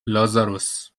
لازاروس